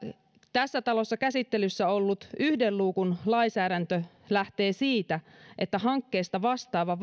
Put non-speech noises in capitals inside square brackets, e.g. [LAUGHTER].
tässä talossa käsittelyssä ollut yhden luukun lainsäädäntö lähtee siitä että hankkeesta vastaava [UNINTELLIGIBLE]